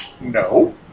no